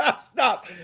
stop